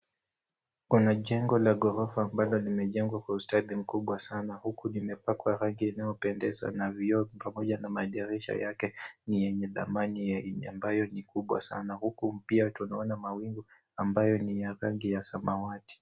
Kuna jengo la ghorofa ambalo limejengwa kwa ustadi mkuba sana huku limepakwa rangi inayopendeza na vioo pamoja na madirisha yake ni yenye dhamani yenye ambayo ni kubwa sana, huku pia tunaona mawingu ambayo ni ya rangi ya samawati.